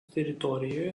teritorijoje